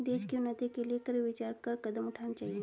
देश की उन्नति के लिए कर विचार कर कदम उठाने चाहिए